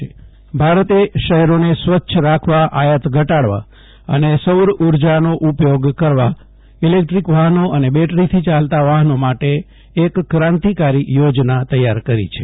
Jaydip Vaishnav NITI Aayog vehicle ભારતે શહેરોને સ્વચ્છ રાખવા આયાત ઘટાડવા અને સૌર ઊ જાનો ઉપયોગ કરવા ઇલેક્ટ્રીક્ટ વાફનો અને બેટર થી ચાલતા વાફનો માટે એક ક્રાંતિકારી યોજના તૈયાર કરી છે